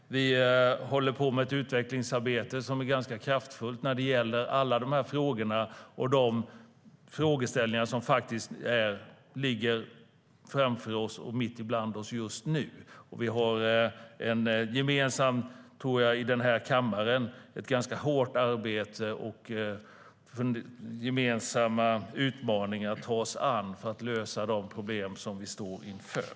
Vi håller på med ett utvecklingsarbete som är ganska kraftfullt när det gäller alla de här frågorna och de frågeställningar som faktiskt ligger framför oss, mitt ibland oss, just nu. Vi har i den här kammaren, tror jag, ett gemensamt och ganska hårt arbete och gemensamma utmaningar att ta oss an för att lösa de problem som vi står inför.